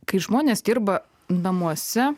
kai žmonės dirba namuose